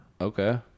Okay